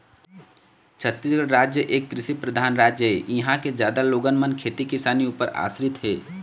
छत्तीसगढ़ राज एक कृषि परधान राज ऐ, इहाँ के जादा लोगन मन खेती किसानी ऊपर आसरित हे